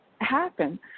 Happen